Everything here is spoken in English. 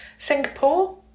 Singapore